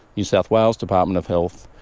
new south wales department of health,